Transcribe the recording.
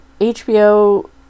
HBO